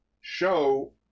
Show